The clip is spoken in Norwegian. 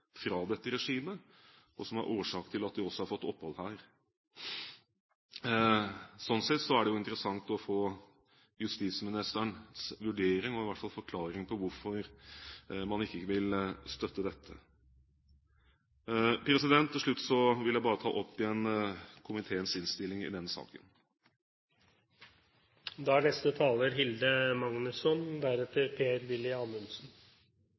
fra dette regimet, og som er årsak til at de har fått opphold her. Slik sett er det interessant å få justisminsterens vurdering av, i hvert fall forklaring på, hvorfor man ikke vil støtte dette. Til slutt vil jeg bare anbefale komiteens innstilling i denne saken. Denne saken må ses i sammenheng med forrige sak. Forslagsstillerne er